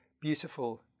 beautiful